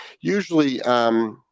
Usually